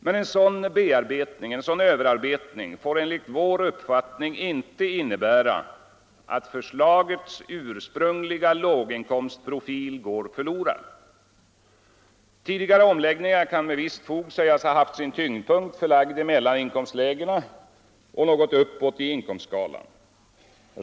Men en sådan överarbetning får enligt vår uppfattning inte innebära att förslagets ursprungliga låginkomstprofil går förlorad. Tidigare omläggningar kan med visst fog sägas ha haft sin tyngdpunkt förlagd i mellaninkomstlägena och något uppåt i inkomstskalan.